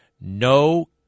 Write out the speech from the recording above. No